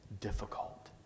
difficult